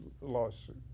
lawsuit